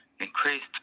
increased